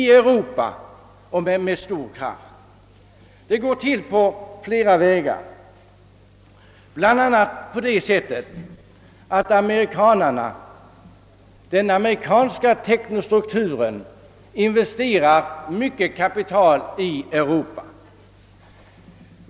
Det sker på flera vägar, bl.a. på det sättet att den amerikanska = teknostrukturen investerar mycket kapital i Europa.